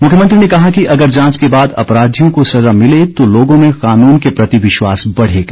मुख्यमंत्री ने कहा कि अगर जांच के बाद अपराधियों को सजा मिले तो लोगों में कानून के प्रति विश्वास बढ़ेगा